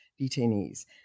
detainees